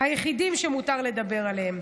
היחידים שמותר לדבר עליהם.